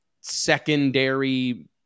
secondary